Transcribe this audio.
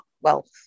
wealth